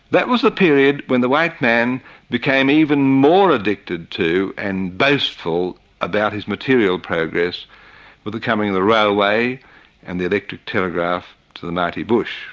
that was the period when the white man became even more addicted to and boastful about his material progress with the coming of the railway and the electric telegraph to the mighty bush.